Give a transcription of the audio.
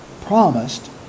promised